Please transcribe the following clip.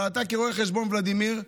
אבל אתה כרואה חשבון מכיר, ולדימיר,